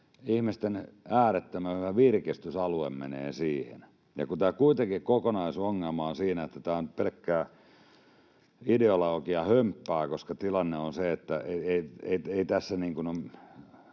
ihmisten äärettömän hyvä virkistysalue menee siihen. Kuitenkin tämä kokonaisongelma on siinä, että tämä on pelkkää ideologiahömppää, koska tilanne on se, että ei tällä